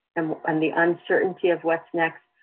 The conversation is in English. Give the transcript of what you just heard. um and the uncertainty of what's next,